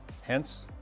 hence